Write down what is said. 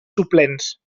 suplents